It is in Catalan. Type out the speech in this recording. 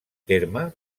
terme